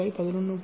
11